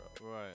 Right